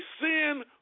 sin-